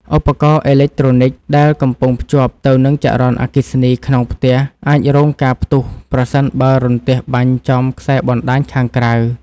ឧបករណ៍អេឡិចត្រូនិកដែលកំពុងភ្ជាប់ទៅនឹងចរន្តអគ្គិសនីក្នុងផ្ទះអាចរងការផ្ទុះប្រសិនបើរន្ទះបាញ់ចំខ្សែបណ្តាញខាងក្រៅ។